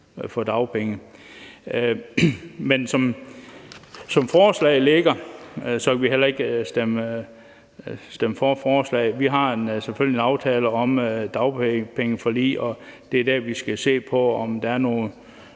få dagpenge. Men som forslaget ligger, vil vi heller ikke stemme for det. Vi har en aftale om et dagpengeforlig, og det er selvfølgelig dér, vi skal se på, om der er nogle